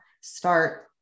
start